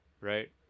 right